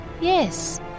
yes